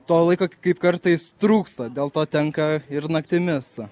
to laiko kaip kartais trūksta dėl to tenka ir naktimis